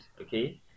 Okay